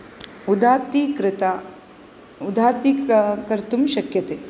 उदात्ती कृता उदात्ती कर्तुं शक्यते